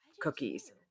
cookies